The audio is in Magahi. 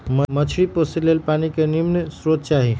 मछरी पोशे के लेल पानी के निम्मन स्रोत चाही